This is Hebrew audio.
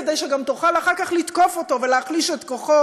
כדי שגם תוכל אחר כך לתקוף אותו ולהחליש את כוחו